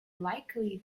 likely